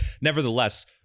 Nevertheless